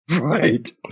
Right